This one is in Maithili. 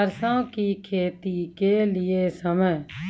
सरसों की खेती के लिए समय?